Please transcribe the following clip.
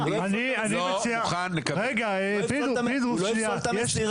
אני לא מוכן לקבל את זה.